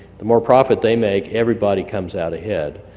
the more profit they make, everybody comes out ahead.